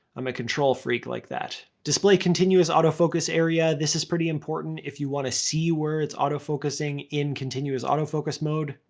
i'm a control freak like that. display continuous autofocus area. this is pretty important if you want to see where it's autofocusing in continuous autofocus mode.